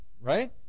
right